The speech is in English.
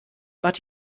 but